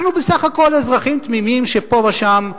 אנחנו בסך הכול אזרחים תמימים שפה ושם נכשלים.